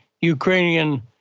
Ukrainian